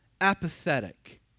apathetic